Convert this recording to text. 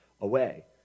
away